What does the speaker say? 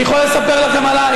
אני יכול לספר לכם עליי,